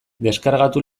deskargatu